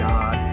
God